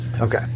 Okay